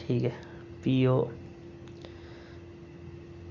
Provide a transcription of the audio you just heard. ठीक ऐ भी ओह्